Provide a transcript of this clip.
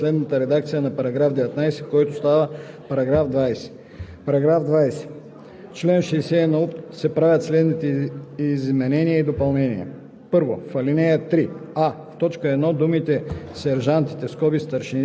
По § 22 има предложение на народния представител Константин Попов. Комисията подкрепя предложението. Комисията подкрепя по принцип текста на вносителя и предлага следната редакция на § 22, който става § 23: „§ 23.